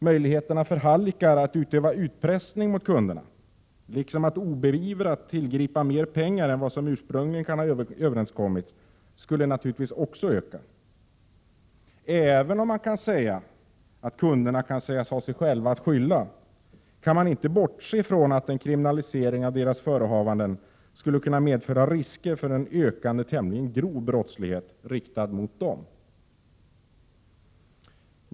Möjligheterna för hallickar att utöva utpressning mot kunderna liksom att obeivrat tillgripa mer pengar än vad som ursprungligen kan ha överenskommits skulle naturligtvis också öka. Även om kunderna kan sägas ha sig själva att skylla, kan man inte bortse från att en kriminalisering av deras förehavanden skulle kunna medföra risker för en ökande tämligen grov brottslighet riktad mot dem.